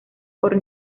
por